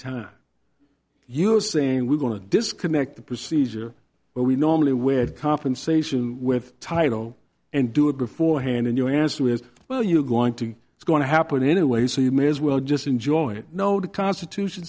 you're saying we're going to disconnect the procedure where we normally with compensation with title and do it beforehand and you answer with well you're going to it's going to happen anyway so you may as well just enjoy it no the constitution